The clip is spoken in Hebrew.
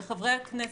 לחברי הכנסת,